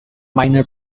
minor